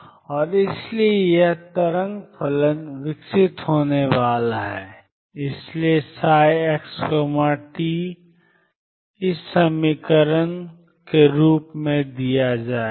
और इसलिए यह तरंग फलन विकसित होने वाला है इसलिए ψxt को nCnnxe iEnt के रूप में दिया जाएगा